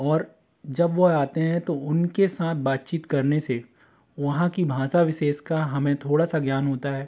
और जब वह आते हैं तो उनके साथ बातचीत करने से वहाँ की भाषा विशेष का हमें थोड़ा सा ज्ञान होता है